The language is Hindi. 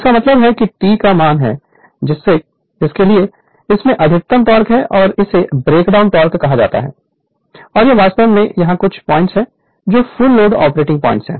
इसका मतलब है कि T का मान है जिसके लिए इसमें अधिकतम टॉर्क है और इसे ब्रेकडाउन टॉर्क कहा जाता है और यह वास्तव में यहाँ कुछ पॉइंट है जो फुल लोड ऑपरेटिंग पॉइंट है